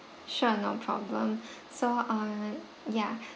sure no problem so uh ya